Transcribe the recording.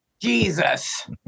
Jesus